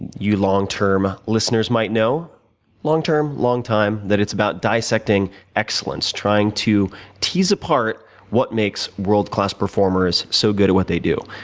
you, long-term listeners, might know long-term, long time. that it's about dissecting excellence. trying to tease apart what makes world-class performers so good at what they do.